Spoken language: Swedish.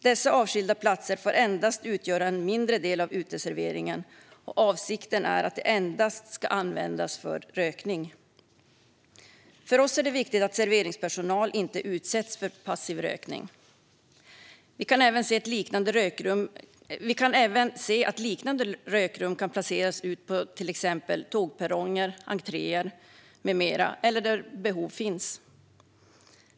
Dessa avskilda platser får endast utgöra en mindre del av uteserveringen, och avsikten är att de endast ska användas för rökning. För oss är det viktigt att serveringspersonal inte utsätts för passiv rökning. Vi kan även se att liknande rökrum kan placeras ut på till exempel tågperronger, entréer med mera eller där behov finns.